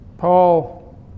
Paul